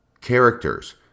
characters